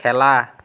খেলা